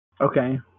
okay